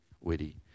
witty